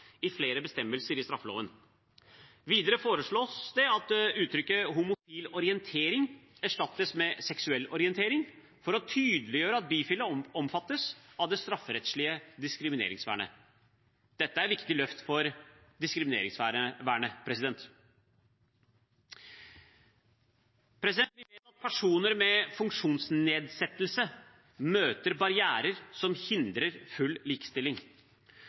i flere bestemmelser i straffeloven. Videre foreslås det at uttrykket «homofil orientering» erstattes med «seksuell orientering», for å tydeliggjøre at bifile omfattes av det strafferettslige diskrimineringsvernet. Dette er et viktig løft for diskrimineringsvernet. Personer med funksjonsnedsettelse møter barrierer som hindrer full likestilling.